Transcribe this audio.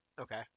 Okay